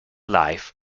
life